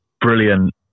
brilliant